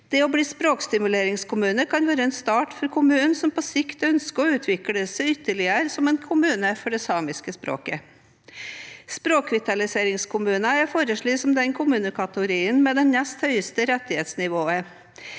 Det å bli språkstimuleringskommune kan være en start for kommuner som på sikt ønsker å utvikle seg ytterligere som en kommune for det samiske språket. Språkvitaliseringskommuner er foreslått som kommunekategorien med det nest høyeste rettighetsnivået.